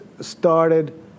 started